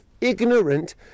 ignorant